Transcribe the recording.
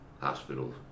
hospitals